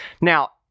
Now